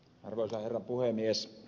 arvoisa herra puhemies